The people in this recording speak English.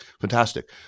Fantastic